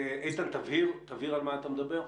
איתן, תבהיר על מה אתה מדבר,